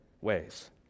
ways